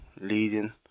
leading